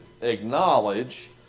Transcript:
acknowledge